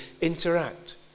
interact